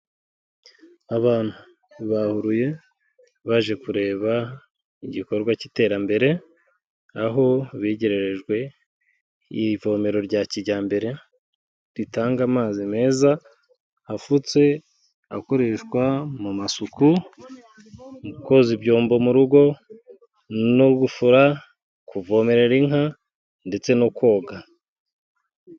Abantu bahuruye baje kureba igikorwa cy'iterambere, aho begererejwe ivomero rya kijyambere, ritanga amazi meza afutse akoreshwa mu masuku, mu koza ibyombo mu rugo no gufura, kuvomerera inka ndetse no koga.